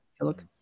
look